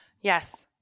yes